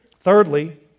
Thirdly